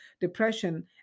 depression